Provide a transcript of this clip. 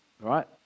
right